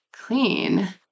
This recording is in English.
clean